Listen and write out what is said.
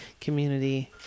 community